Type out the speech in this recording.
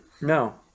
No